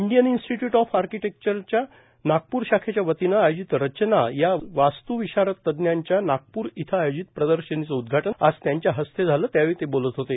Indian Institute of आर्किटेक्टच्या नागपूर शाखेच्या वतीने आयोजित रचना या वास्त्विशारद तज्ञांच्या नागपूर इथं आयोजित प्रदर्शनीचं उद्घाटन आज त्यांच्या हस्ते झालं त्यावेळी ते बोलत होते